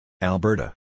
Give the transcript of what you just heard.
Alberta